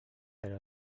però